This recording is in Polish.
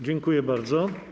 Dziękuję bardzo.